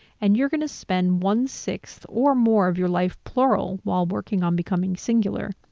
and you're gonna spend one-sixth or more of your life plural, while working on becoming singular,